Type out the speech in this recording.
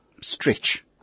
stretch